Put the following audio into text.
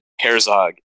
Herzog